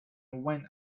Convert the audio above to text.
when